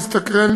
להסתקרן,